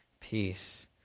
peace